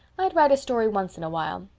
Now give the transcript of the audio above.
i'd write a story once in a while,